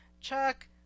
Chuck